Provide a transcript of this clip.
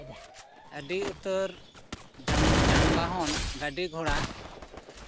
ᱟᱹᱰᱤ ᱩᱛᱟᱹᱨ ᱡᱟᱱᱵᱟᱦᱚᱱ ᱜᱟᱹᱰᱤ ᱜᱷᱚᱲᱟ